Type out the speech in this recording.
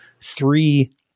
three